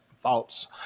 thoughts